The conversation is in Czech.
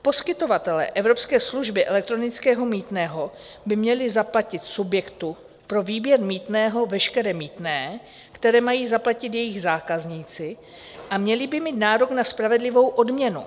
Poskytovatelé evropské služby elektronického mýtného by měli zaplatit subjektu pro výběr mýtného veškeré mýtné, které mají zaplatit jejich zákazníci, a měli by mít nárok na spravedlivou odměnu.